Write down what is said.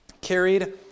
carried